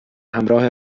همراه